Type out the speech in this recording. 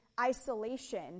isolation